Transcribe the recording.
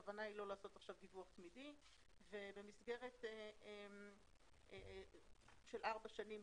הכוונה לא לעשות עכשיו דיווח תמידי ובמסגרת של ארבע שנים,